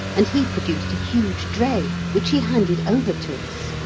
and he produced a huge dray, which he handed over to us!